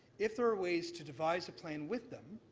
if there are ways to devise a plan with them,